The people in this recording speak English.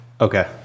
Okay